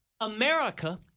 America